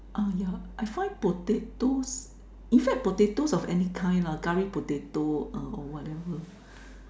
uh yeah I find potatoes in fact potatoes of any kind lah curry potato or whatever